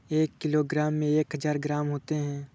एक किलोग्राम में एक हजार ग्राम होते हैं